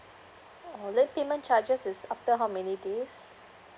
oh late payment charges is after how many days